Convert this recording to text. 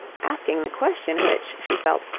asking the question which, she felt,